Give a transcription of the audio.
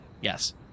Yes